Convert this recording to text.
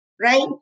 right